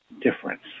difference